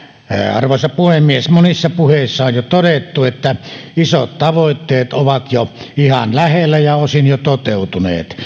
arvoisa puhemies monissa puheissa on jo todettu että isot tavoitteet ovat jo ihan lähellä ja osin jo toteutuneet